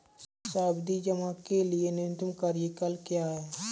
सावधि जमा के लिए न्यूनतम कार्यकाल क्या है?